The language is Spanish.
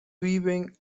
viven